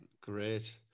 Great